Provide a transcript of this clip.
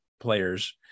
players